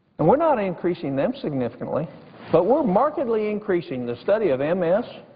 and we're not increasing them significantly but we're markedly increasing the study of m s.